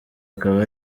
akaba